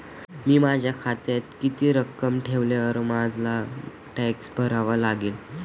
मी माझ्या खात्यात किती रक्कम ठेवल्यावर मला टॅक्स भरावा लागेल?